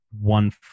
one